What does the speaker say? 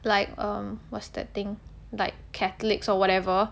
like err what's that thing like catholics or whatever